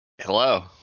hello